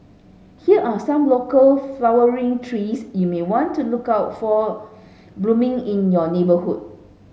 here are some local flowering trees you may want to look out for blooming in your neighbourhood